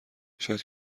شاید